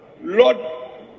Lord